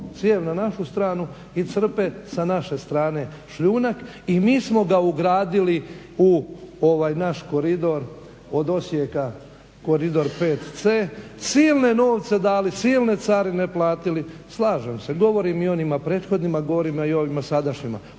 crijevo na našu stvari i crpe sa naše strane šljunak. I mi smo ga ugradili u ovaj naš koridor od Osijeka, Koridor 5C. Silne novce dali, silne carine platili. Slažem se, govorim i onima prethodnima, a govorim i ovima sadašnjima,